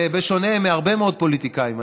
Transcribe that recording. בשונה מהרבה מאוד פוליטיקאים,